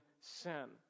sin